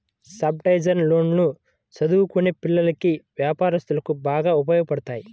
subsidised లోన్లు చదువుకునే పిల్లలకి, వ్యాపారస్తులకు బాగా ఉపయోగపడతాయి